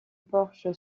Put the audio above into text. porche